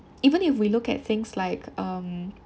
even if we look at things like um